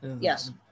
Yes